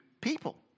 people